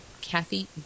Kathy